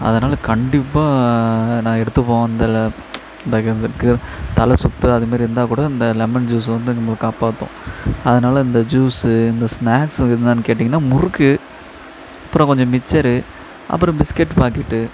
அதனால் கண்டிப்பாக நான் எடுத்துப்போம் அதில் இந்த தலை சுத்து அதுமாரி இருந்தால் கூட இந்த லெமன் ஜூஸு வந்து நம்மளை காப்பாற்றும் அதனால் இந்த ஜூஸு இந்த ஸ்னாக்ஸு என்னென்ன கேட்டிங்கன்னா முறுக்கு அப்புறம் கொஞ்சம் மிச்சரு அப்புறம் பிஸ்கெட் பாக்கெட்டு